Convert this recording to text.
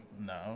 No